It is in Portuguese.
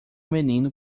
menino